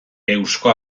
eusko